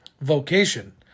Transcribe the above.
Vocation